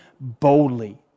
boldly